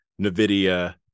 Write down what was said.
NVIDIA